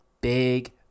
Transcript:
big